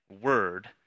word